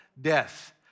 death